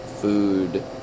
food